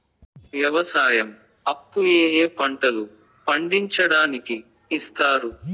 వ్యవసాయం అప్పు ఏ ఏ పంటలు పండించడానికి ఇస్తారు?